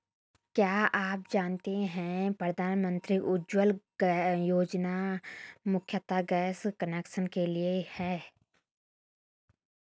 क्या आप जानते है प्रधानमंत्री उज्ज्वला योजना मुख्यतः गैस कनेक्शन के लिए है?